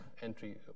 entry